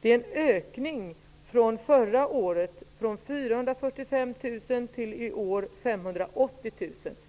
Det är en ökning från 445 000 förra året till 580 000 i år.